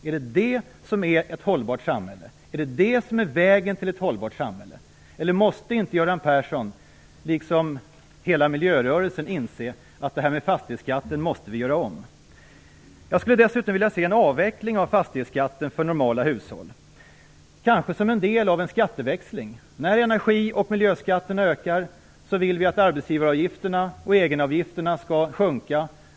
Är det det som är ett hållbart samhälle? Är det det som är vägen till ett hållbart samhälle? Måste inte Göran Persson liksom hela miljörörelsen inse att vi måste göra om fastighetsskatten? Jag skulle dessutom vilja se en avveckling av fastighetsskatten för normala hushåll, kanske som en del av en skatteväxling. När energi och miljöskatterna ökar vill vi att arbetsgivaravgifterna och egenavgifterna skall sjunka.